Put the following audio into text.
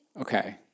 Okay